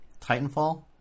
Titanfall –